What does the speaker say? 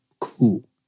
Cool